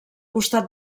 costat